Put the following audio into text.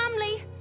family